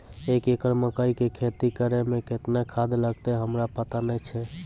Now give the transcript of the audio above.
एक एकरऽ मकई के खेती करै मे केतना खाद लागतै हमरा पता नैय छै?